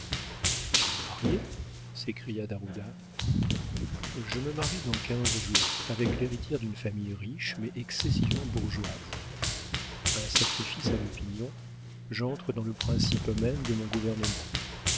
tu es marié s'écria d'ajuda je me marie dans quinze jours avec l'héritière d'une famille riche mais excessivement bourgeoise un sacrifice à l'opinion j'entre dans le principe même de mon gouvernement